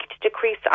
decrease